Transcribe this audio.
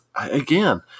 again